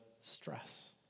stress